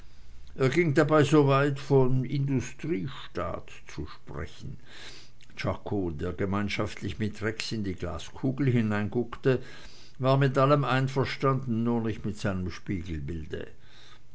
er ging dabei so weit von industriestaat zu sprechen czako der gemeinschaftlich mit rex in die glaskugel hineinguckte war mit allem einverstanden nur nicht mit seinem